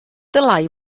dylai